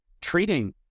treating